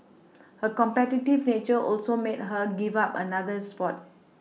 her competitive nature also made her give up another sport